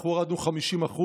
אנחנו הורדנו 50%,